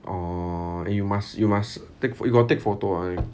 orh you must you must take pho~ you got take photo